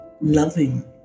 loving